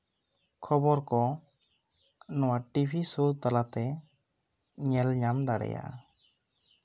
ᱠᱷᱚᱵᱚᱨ ᱠᱚ ᱱᱚᱶᱟ ᱴᱤᱵᱷᱤ ᱥᱳ ᱛᱟᱞᱟ ᱛᱮ ᱧᱮᱞᱼᱧᱟᱢ ᱫᱟᱲᱮᱭᱟᱜᱼᱟ